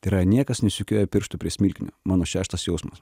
tai yra niekas nesukiojo piršto prie smilkinio mano šeštas jausmas